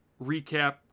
recap